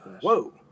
whoa